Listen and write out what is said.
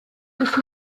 rich